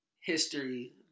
history